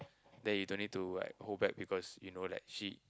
then you don't need to like hold back people's you know like shit